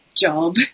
job